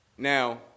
Now